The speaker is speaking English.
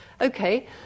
okay